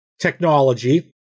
technology